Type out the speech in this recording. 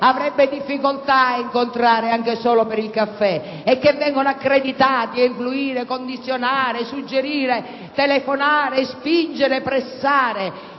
avrebbe difficoltà ad incontrare anche solo per un caffè, e che vengono accreditati per influire, condizionare, suggerire, telefonare, spingere, pressare